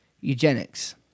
eugenics